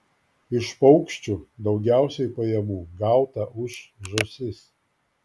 iš paukščių daugiausiai pajamų gauta už žąsis